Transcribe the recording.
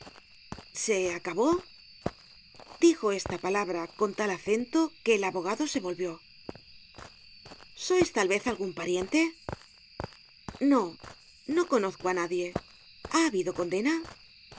se acabó dijo esta palabra con tal acento que el abogado se volvió sois tal vez algun pariente no no conozco á nadie ha habido condena